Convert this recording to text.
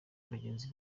bagenzi